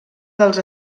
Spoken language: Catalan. dels